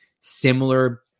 Similar